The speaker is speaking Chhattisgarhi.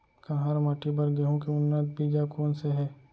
कन्हार माटी बर गेहूँ के उन्नत बीजा कोन से हे?